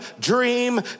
dream